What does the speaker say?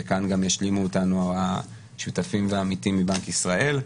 וכאן גם ישלימו אותנו השותפים והעמיתים מבנק ישראל,